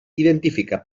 identifica